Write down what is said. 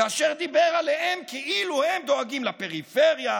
כאשר דיבר עליהם כאילו הם דואגים לפריפריה,